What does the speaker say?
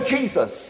Jesus